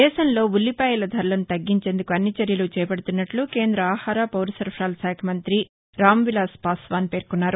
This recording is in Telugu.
దేశంలో ఉల్లిపాయల ధరలను తగ్గించేందుకు అన్ని చర్యలూ చేపదుతున్నట్ల కేంద ఆహార పౌరసరఫరాల శాఖ మంతి రామ్విలాస్ పాశ్వాన్ పేర్కొన్నారు